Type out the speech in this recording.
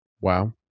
Wow